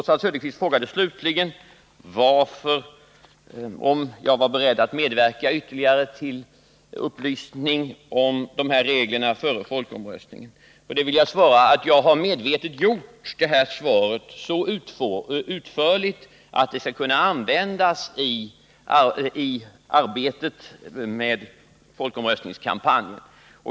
Slutligen frågar Oswald Söderqvist om jag är beredd att medverka till att ytterligare upplysningar lämnas om de här reglerna före folkomröstningen. Till det vill jag säga att jag medvetet gjort det här svaret så utförligt att det skall kunna användas i arbetet med folkomröstningskampanjen.